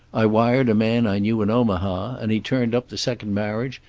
i wired a man i knew in omaha, and he turned up the second marriage,